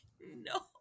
No